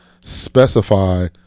specify